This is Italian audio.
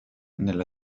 nella